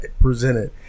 presented